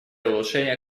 улучшения